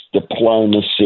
diplomacy